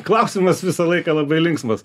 klausimas visą laiką labai linksmas